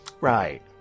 Right